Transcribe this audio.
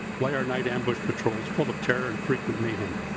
wire night ambush patrols full of terror and frequent mayhe m?